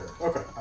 Okay